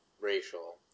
racial